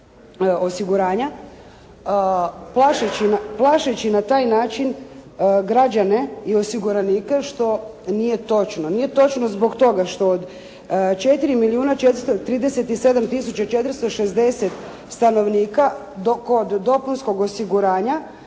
osiguranja plašeći na taj način građane i osiguranike što nije točno. Nije točno zbog toga što od 4 milijuna 437 tisuća i 460 stanovnika kod dopunskog osiguranja